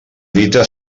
dita